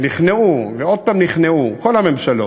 ונכנעו, ועוד פעם נכנעו, כל הממשלות,